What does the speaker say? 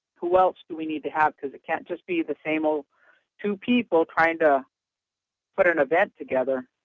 who else do we need to have, because it can't just be the same old two people trying to put an event together?